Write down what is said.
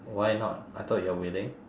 why not I thought you're willing